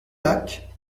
lac